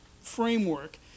framework